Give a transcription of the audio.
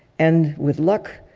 and with luck,